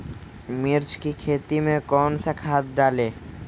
मिर्च की खेती में कौन सा खाद डालें?